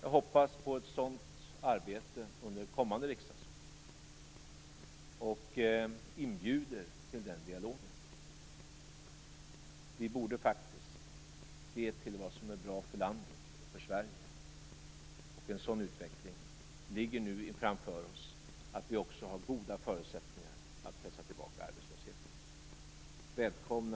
Jag hoppas på ett sådant arbete under det kommande riksdagsåret och inbjuder till den dialogen. Och en sådan utveckling ligger nu framför oss att vi också har goda förutsättningar att pressa tillbaka arbetslösheten.